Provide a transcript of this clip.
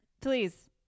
please